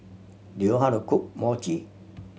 do you how to cook Mochi